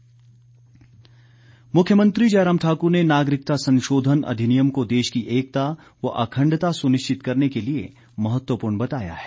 सम्मेलन मुख्यमंत्री जयराम ठाकुर ने नागरिकता संशोधन अधिनियम को देश की एकता व अखंडता सुनिश्चित करने के लिए महत्वपूर्ण बताया है